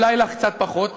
אולי לך קצת פחות,